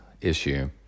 issue